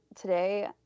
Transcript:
today